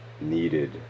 needed